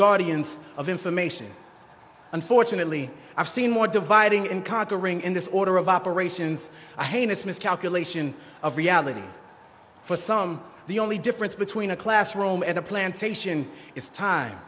guardians of information unfortunately i've seen more dividing and conquering in this order of operations i mean it's miscalculation of reality for some the only difference between a classroom and a plantation is time